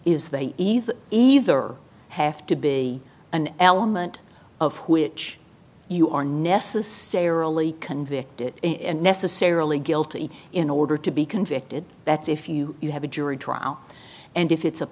is they either either have to be an element of which you are necessarily convicted and necessarily guilty in order to be convicted that's if you have a jury trial and if it's a